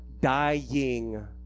dying